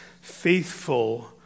faithful